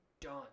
done